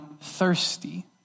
thirsty